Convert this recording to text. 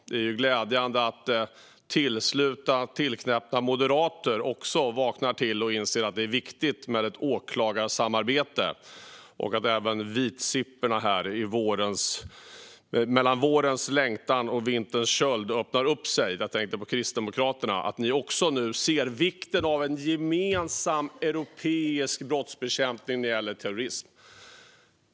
Det är glädjande att tillknäppta moderater också vaknar till och tycker att det är viktigt med ett åklagarsamarbete. Det är också glädjande att även vitsipporna här mellan vårens längtan och vinterns köld öppnar upp sig - jag tänker på Kristdemokraterna - och nu ser vikten av en gemensam europeisk brottsbekämpning när det gäller terrorism.